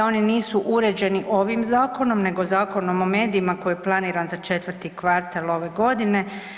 Oni nisu uređeni ovim zakonom, nego Zakonom o medijima koji je planiran za 4. kvartal ove godine.